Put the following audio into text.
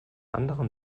anderen